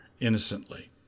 innocently